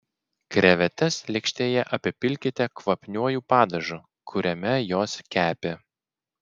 krevetes lėkštėje apipilkite kvapniuoju padažu kuriame jos kepė